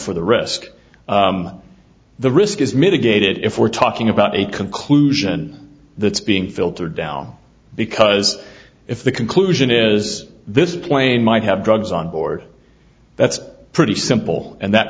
for the risk the risk is mitigated if we're talking about a conclusion that's being filtered down because if the conclusion is this plane might have drugs on board that's pretty simple and that